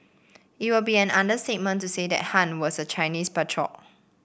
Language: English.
it would be an understatement to say that Han was a Chinese patriot